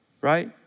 right